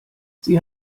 sie